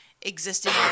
existing